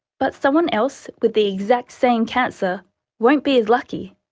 but someone else with the exact same cancer won't be as lucky.